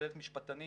שכוללת משפטנים